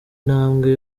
intambwe